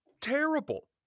terrible